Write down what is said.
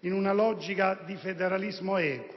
in una logica di federalismo equo